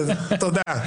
תודה.